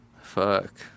fuck